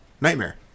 Nightmare